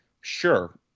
Sure